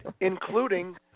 Including